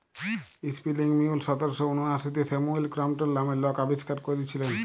spinning mule সতের শ উনআশিতে স্যামুয়েল ক্রম্পটল লামের লক আবিষ্কার ক্যইরেছিলেল